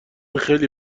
خیلی